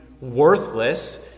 worthless